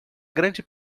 grande